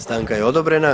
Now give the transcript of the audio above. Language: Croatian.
Stanka je odobrena.